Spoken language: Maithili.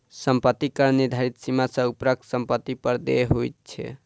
सम्पत्ति कर निर्धारित सीमा सॅ ऊपरक सम्पत्ति पर देय होइत छै